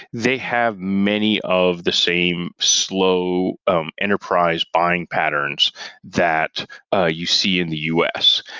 they have many of the same slow um enterprise buying patterns that ah you see in the u s.